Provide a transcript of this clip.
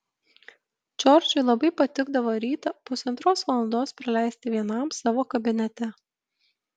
džordžui labai patikdavo rytą pusantros valandos praleisti vienam savo kabinete